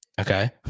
Okay